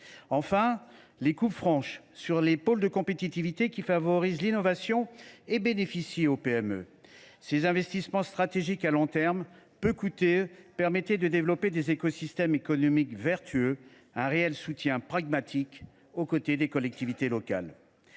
enfin les coupes franches sur les pôles de compétitivité, qui favorisent l’innovation et profitent aux PME. Ces investissements stratégiques à long terme, peu coûteux, permettaient de développer des écosystèmes économiques vertueux, un réel soutien pragmatique aux côtés des collectivités locales.